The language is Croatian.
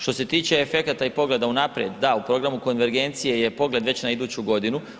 Što se tiče efekata i pogleda unaprijed, da u programu konvergencije je pogled već na iduću godinu.